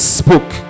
spoke